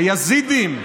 היזידים ואחרים.